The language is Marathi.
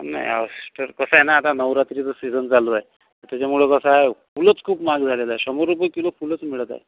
नाही अस्टर कसं आहे ना आता नवरात्रीचा सिझन चालू आहे त्याच्यामुळे कसं आहे फुलंच खूप महाग झाले आता शंभर रुपये किलो फुलंच मिळत आहे